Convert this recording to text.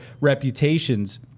reputations